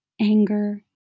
anger